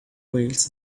whales